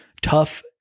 tough